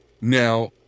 Now